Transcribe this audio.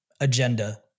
agenda